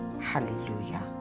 Hallelujah